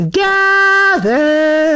gather